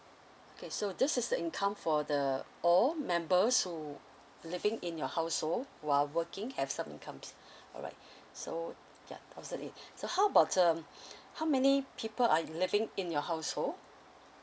okay so this is the income for the all members who living in your household while working have some income alright so ya thousand eight so how about t~ um how many people are living in your household